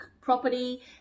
property